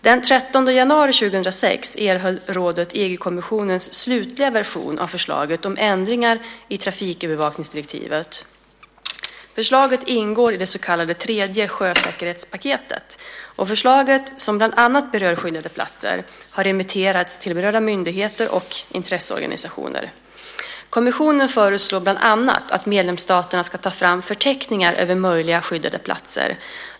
Den 13 januari 2006 erhöll rådet EG-kommissionens slutliga version av förslaget om ändring av trafikövervakningsdirektivet. Förslaget ingår i det så kallade tredje sjösäkerhetspaketet. Förslaget, som bland annat berör skyddade platser, har remitterats till berörda myndigheter och intresseorganisationer. Kommissionen föreslår bland annat att medlemsstaterna ska ta fram förteckningar över möjliga skyddade platser.